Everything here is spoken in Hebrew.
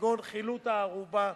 כגון חילוט הערובה,